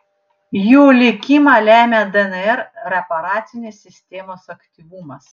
jų likimą lemia dnr reparacinės sistemos aktyvumas